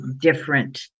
different